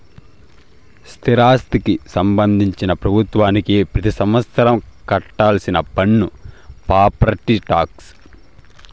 స్థిరాస్తికి సంబంధించి ప్రభుత్వానికి పెతి సంవత్సరం కట్టాల్సిన పన్ను ప్రాపర్టీ టాక్స్